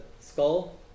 skull